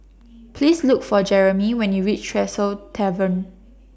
Please Look For Jeromy when YOU REACH Tresor Tavern